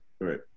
Right